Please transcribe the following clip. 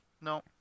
No